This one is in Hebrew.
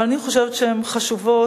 אבל אני חושבת שהן חשובות,